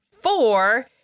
four